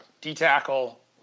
D-tackle